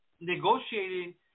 negotiating